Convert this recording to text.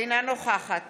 אינה נוכחת